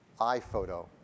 iPhoto